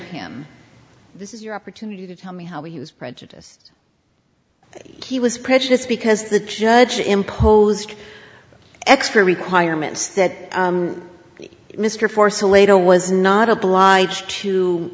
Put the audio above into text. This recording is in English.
him this is your opportunity to tell me how he was prejudiced he was prejudiced because the judge imposed extra requirements that mr force a later was not obliged to